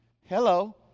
Hello